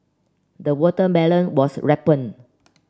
the watermelon was ripened